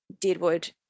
Deadwood